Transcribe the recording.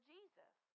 Jesus